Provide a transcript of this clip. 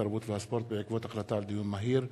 התרבות והספורט בעקבות דיון מהיר בנושא: